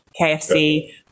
KFC